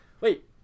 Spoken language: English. Wait